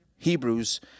Hebrews